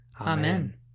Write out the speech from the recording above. Amen